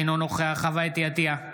אינו נוכח חוה אתי עטייה,